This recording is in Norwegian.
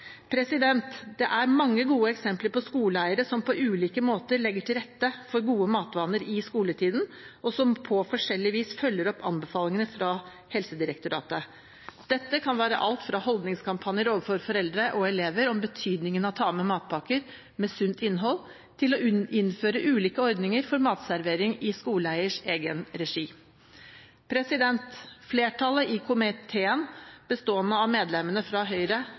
Det er mange gode eksempler på skoleeiere som på ulike måter legger til rette for gode matvaner i skoletiden, og som på forskjellig vis følger opp anbefalingene fra Helsedirektoratet. Dette kan være alt fra holdningskampanjer overfor foreldre og elever om betydningen av å ta med matpakker med sunt innhold til å innføre ulike ordninger for matservering i skoleeiers egen regi. Flertallet i komiteen, bestående av medlemmene fra Høyre,